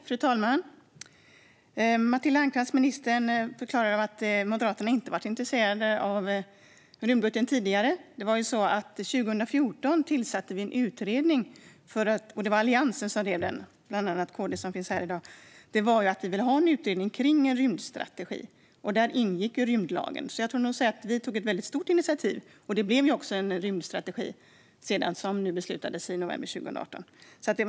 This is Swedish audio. Fru talman! Minister Matilda Ernkrans förklarade att Moderaterna tidigare inte varit intresserade av rymdbudgeten. Men 2014 tillsattes en utredning av oss i Alliansen, där bland annat KD, som finns representerat i debatten, ingick. Vi ville ha en utredning kring en rymdstrategi. Där ingick rymdlagen. Jag får nog säga att vi tog ett väldigt stort initiativ. Det blev också sedan en rymdstrategi, som beslutades i november 2018.